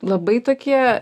labai tokie